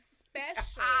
special